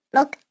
Look